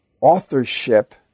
authorship